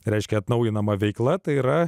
reiškia atnaujinama veikla tai yra